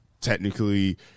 Technically